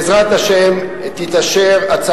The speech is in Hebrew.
גם אם משרד החינוך יעשה את זה בבתי-הספר כולם,